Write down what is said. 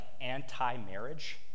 anti-marriage